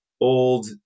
old